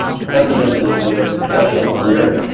fundamentally, for their professional career,